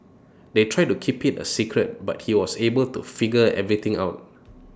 they tried to keep IT A secret but he was able to figure everything out